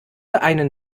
einen